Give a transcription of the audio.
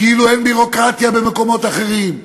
כאילו אין ביורוקרטיה במקומות אחרים,